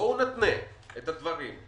בואו נתנה את הדברים,